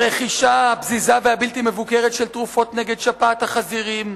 הרכישה הפזיזה והבלתי-מבוקרת של תרופות נגד שפעת החזירים,